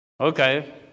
Okay